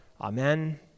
Amen